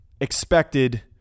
expected